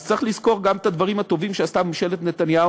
אז צריך לזכור גם את הדברים הטובים שעשתה ממשלת נתניהו,